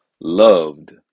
loved